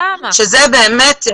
אנחנו נברר את זה.